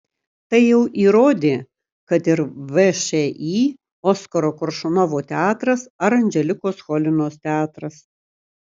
tai jau įrodė kad ir všį oskaro koršunovo teatras ar anželikos cholinos teatras